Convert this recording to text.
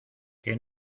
que